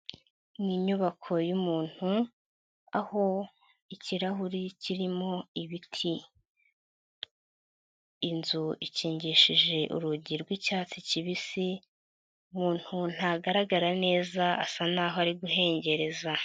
Ni inyubako y'umuntu aho ikirahuri kirimo ibiti. Inzu ikingishije urugi rw'icyatsi kibisi, umuntu ntagaragara neza asa n'aho ari guhengereza.